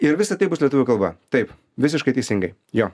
ir visa tai bus lietuvių kalba taip visiškai teisingai jo